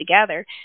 together